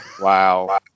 Wow